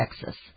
Texas